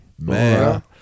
Man